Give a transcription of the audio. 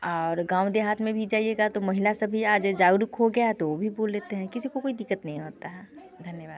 are गाँव देहात में भी जाइएगा तो महिला सब भी आज जागरूक हो गया है तो वो भी बोल लेते हैं किसी को भी दिक्कत नहीं होता है धन्यवाद